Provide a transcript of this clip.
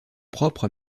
propre